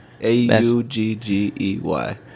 A-U-G-G-E-Y